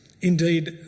Indeed